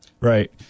Right